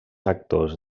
actors